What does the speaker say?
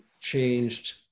changed